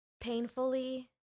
painfully